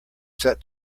set